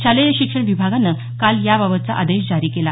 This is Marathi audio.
शालेय शिक्षण विभागानं काल याबाबतचा आदेश जारी केला